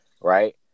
Right